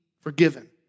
forgiven